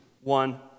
one